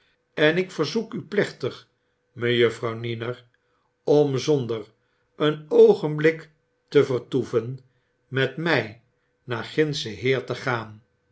en ik verzoek u plechtig mejuffrouw niner om zonder een oogenblik te vertoeven met my naar gindschen heer te gaan